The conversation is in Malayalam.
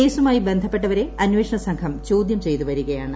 കേസുമായി ബന്ധപ്പെട്ടവരെ അന്വേഷണ സംഘം ചോദ്യാ ചെയ്തുവരുകയാണ്